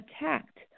attacked